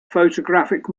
photographic